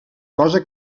cosa